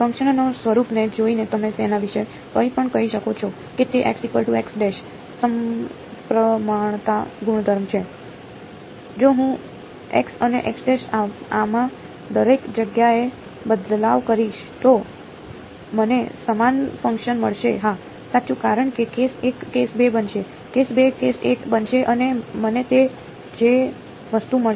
ફંક્શનના સ્વરૂપને જોઈને તમે તેના વિશે કંઈપણ કહી શકો છો કે તે સમપ્રમાણતા ગુણધર્મો છે જો હું x અને આમાં દરેક જગ્યાએ બદલાવ કરીશ તો મને સમાન ફંક્શન મળશે હા સાચું કારણ કે કેસ 1 કેસ 2 બનશે કેસ 2 કેસ 1 બનશે અને મને તે જ વસ્તુ મળશે